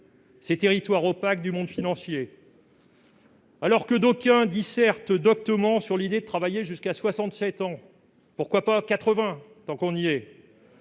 ces territoires opaques du monde financier. Alors que d'aucuns dissertent doctement sur l'idée de travailler jusqu'à 67 ans- pourquoi pas 80, tant qu'on y est